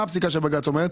אבל מה הפסיקה אומרת?